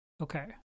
Okay